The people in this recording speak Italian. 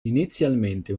inizialmente